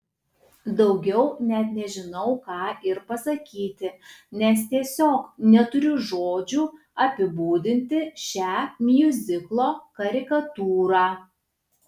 daugiau net nežinau ką ir pasakyti nes tiesiog neturiu žodžių apibūdinti šią miuziklo karikatūrą